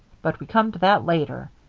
but we come to that later.